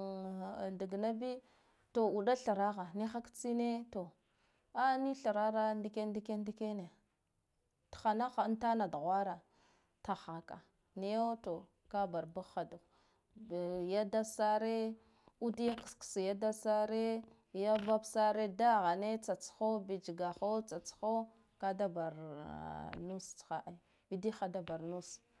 ɓagna bi to uɗa thrahho niha ka tsine, to a ni thrara ndiken ndiken ndiken t hanahha untan duhwara tahaka niyo to ka bara bugha duh ya dad sare ud ya kskse ya dad sare, ya bab sare dahana tsatsho bichga ho tsatsho kada bara un nustsha bidigha da bara nus.